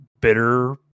bitter